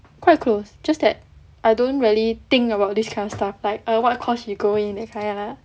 quite close just that I don't really think about this kind of stuff like err what course she go in that kind lah